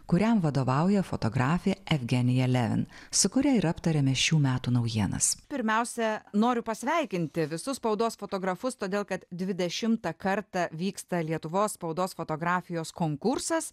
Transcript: kuriam vadovauja fotografė evgenija levin su kuria ir aptarėme šių metų naujienas pirmiausia noriu pasveikinti visus spaudos fotografus todėl kad dvidešimtą kartą vyksta lietuvos spaudos fotografijos konkursas